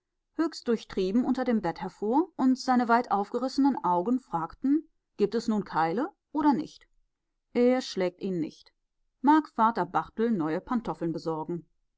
durchtrieben unter dem bett hervor und seine weit aufgerissenen augen fragten gibt es nun keile oder nicht er schlägt ihn nicht mag vater barthel neue pantoffeln besorgen